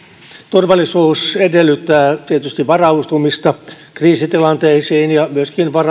turvallisuus edellyttää tietysti varautumista kriisitilanteisiin ja myöskin